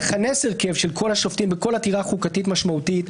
לכנס הרבה של כל השופטים בכל עתירה חוקתית משמעותית,